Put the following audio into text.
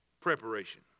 Preparation